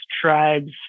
tribes